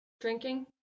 Drinking